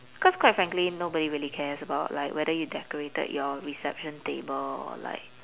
because quite frankly nobody really cares about like whether you decorated your reception table or like